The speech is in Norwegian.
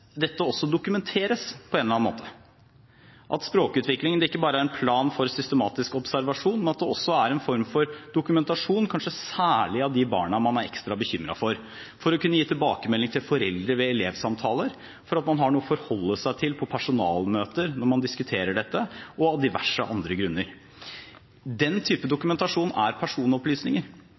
det også er en form for dokumentasjon, kanskje særlig når det gjelder de barna man er ekstra bekymret for, for å kunne gi tilbakemelding til foreldre ved samtaler, og at man har noe å forholde seg til på personalmøter når man diskuterer dette, og av diverse andre grunner. Den typen dokumentasjon er personopplysninger,